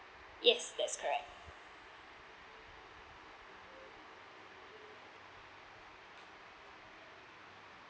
yes that's correct